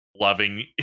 loving